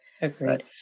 Agreed